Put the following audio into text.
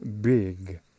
big